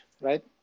right